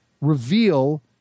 reveal